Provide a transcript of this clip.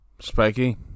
spiky